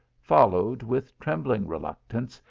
followed, with trembling re luctance,